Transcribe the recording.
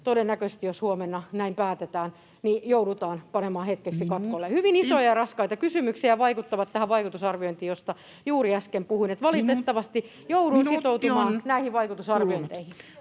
todennäköisesti, jos huomenna näin päätetään, joudutaan panemaan hetkeksi katkolle. [Puhemies: Minuutti!] Hyvin isoja ja raskaita kysymyksiä, ja ne vaikuttavat tähän vaikutusarviointiin, josta juuri äsken puhuin. Että valitettavasti joudun sitoutumaan [Puhemies: Minuutti on